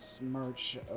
Merch